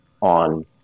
on